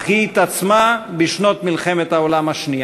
אך היא התעצמה בשנות מלחמת העולם השנייה.